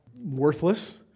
worthless